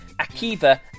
Akiva